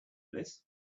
this